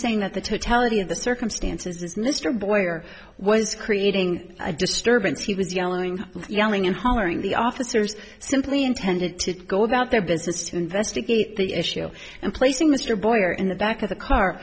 saying that the totality of the circumstances is mr boyer was creating a disturbance he was yelling yelling and hollering the officers simply intended to go about their business to investigate the issue and placing mr boyer in the back of the car